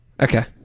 Okay